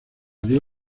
dio